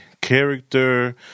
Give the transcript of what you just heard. character